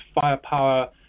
firepower